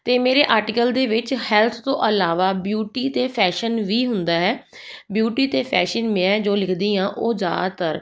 ਅਤੇ ਮੇਰੇ ਆਰਟੀਕਲ ਦੇ ਵਿੱਚ ਹੈਲਥ ਤੋਂ ਇਲਾਵਾ ਬਿਊਟੀ ਅਤੇ ਫੈਸ਼ਨ ਵੀ ਹੁੰਦਾ ਹੈ ਬਿਊਟੀ ਅਤੇ ਫੈਸ਼ਨ ਮੈਂ ਜੋ ਲਿਖਦੀ ਹਾਂ ਉਹ ਜ਼ਿਆਦਾਤਰ